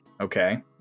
Okay